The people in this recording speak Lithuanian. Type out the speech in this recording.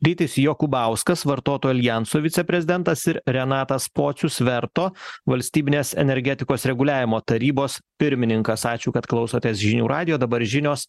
rytis jokubauskas vartotų aljanso viceprezidentas ir renatas pocius verto valstybinės energetikos reguliavimo tarybos pirmininkas ačiū kad klausotės žinių radijo dabar žinios